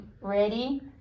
ready